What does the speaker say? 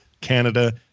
Canada